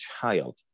child